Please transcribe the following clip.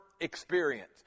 experience